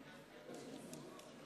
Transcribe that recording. הכנסת)